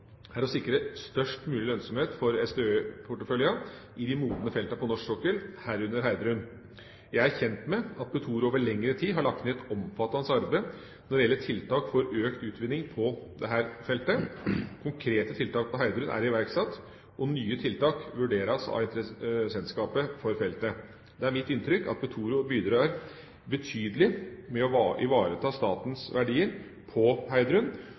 er å sikre størst mulig lønnsomhet for SDØE-porteføljen i de modne feltene på norsk sokkel, herunder Heidrun. Jeg er kjent med at Petoro over lengre tid har lagt ned et omfattende arbeid når det gjelder tiltak for økt utvinning på dette feltet. Konkrete tiltak på Heidrun er iverksatt, og nye tiltak vurderes av interessentselskapet for feltet. Det er mitt inntrykk at Petoro bidrar betydelig med å ivareta statens verdier på